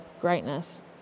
greatness